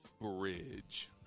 Bridge